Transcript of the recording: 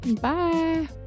Bye